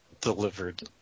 Delivered